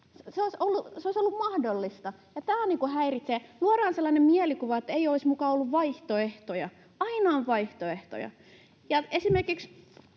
Se olisi ollut mahdollista, ja tämä häiritsee. Luodaan sellainen mielikuva, että ei olisi muka ollut vaihtoehtoja. Aina on vaihtoehtoja.